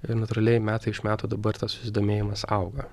ir natūraliai metai iš metų dabar tas susidomėjimas auga